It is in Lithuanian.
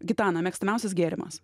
gitana mėgstamiausias gėrimas